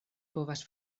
povas